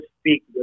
speak